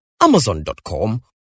amazon.com